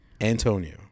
Antonio